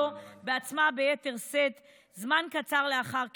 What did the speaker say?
בעצמה ביתר שאת זמן קצר לאחר כינונה.